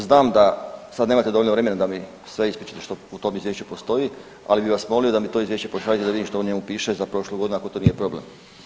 Znam da nemate dovoljno vremena da mi sve ispričate što u tom Izvješću postoji, ali bi vas molio da mi to Izvješće pošaljete da vidim što u njemu piše za prošlu godinu ako to nije problem.